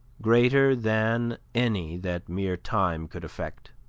greater than any that mere time could effect.